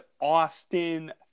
Austin